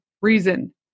reason